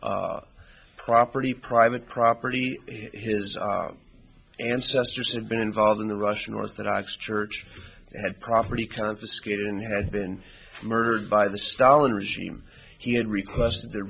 property private property his ancestors had been involved in the russian orthodox church had property confiscated and had been murdered by the stalin regime he had requested the